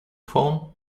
phone